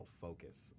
focus